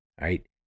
right